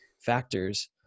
factors